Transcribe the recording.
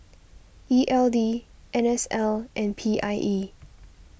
E L D N S L and P I E